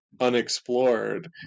unexplored